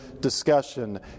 discussion